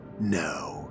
No